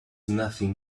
nothing